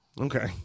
Okay